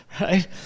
Right